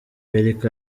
yariko